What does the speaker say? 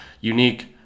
unique